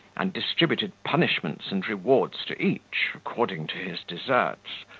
and distributed punishments and rewards to each, according to his deserts,